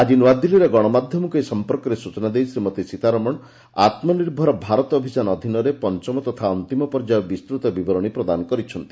ଆକି ନ୍ତାଦିଲ୍ଗୀରେ ଗଣମାଧ୍ଧମକୁ ଏ ସଂପର୍କରେ ସ୍ଚନା ଦେଇ ଶ୍ରୀମତୀ ସୀତାରମଣ ଆତ୍କନିର୍ଭର ଭାରତ ଅଭିଯାନ ଅଧୀନରେ ପଞ୍ଚମ ତଥା ଅନ୍ତିମ ପର୍ଯ୍ୟାୟ ବିସ୍ତୃତ ବିବରଣୀ ପ୍ରଦାନ କରିଛନ୍ତି